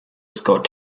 scott